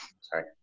sorry